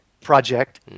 project